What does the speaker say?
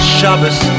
Shabbos